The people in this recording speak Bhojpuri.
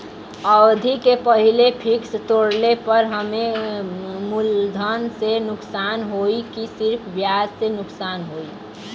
अवधि के पहिले फिक्स तोड़ले पर हम्मे मुलधन से नुकसान होयी की सिर्फ ब्याज से नुकसान होयी?